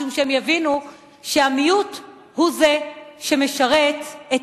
משום שהם יבינו שהמיעוט הוא זה שמשרת את